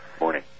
Morning